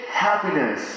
happiness